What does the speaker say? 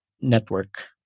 network